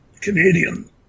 Canadian